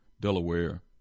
Delaware